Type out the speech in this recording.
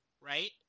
Right